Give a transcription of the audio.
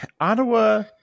Ottawa